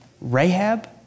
Rahab